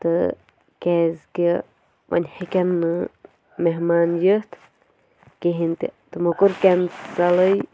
تہٕ کیٛازِ کہِ وۄنۍ ہیٚکن نہٕ مہمان یِتھ کِہیٖنۍ تہِ تِمو کوٚر کیٚنسَلے